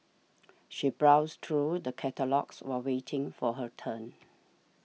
she browsed through the catalogues while waiting for her turn